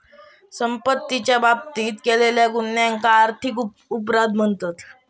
संपत्तीच्या बाबतीत केलेल्या गुन्ह्यांका आर्थिक अपराध म्हणतत